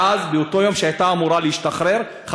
ואז באותו היום שהיא הייתה אמורה להשתחרר היא